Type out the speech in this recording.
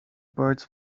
birds